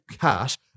cash